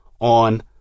on